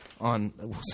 on